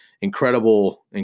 Incredible